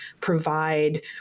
provide